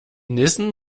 nissen